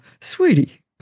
sweetie